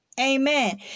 Amen